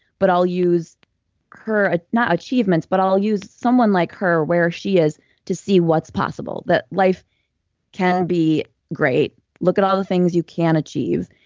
but i'll use her, ah not achievements, but i'll use someone like her where she is to see what's possible, that life can be great. look at all the things you can achieve.